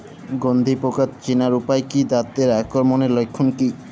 গন্ধি পোকা চেনার উপায় কী তাদের আক্রমণের লক্ষণ কী?